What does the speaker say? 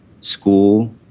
school